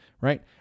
right